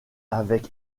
avec